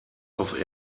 auf